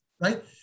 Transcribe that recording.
Right